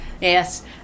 Yes